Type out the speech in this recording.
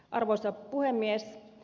arvoisa puhemies